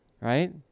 Right